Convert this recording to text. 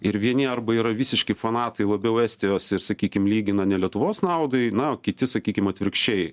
ir vieni arba yra visiški fanatikai labiau estijos ir sakykim lygina ne lietuvos naudai na kiti sakykim atvirkščiai